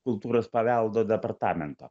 kultūros paveldo departamento